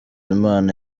imana